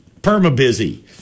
perma-busy